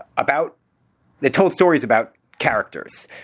about they told stories about characters,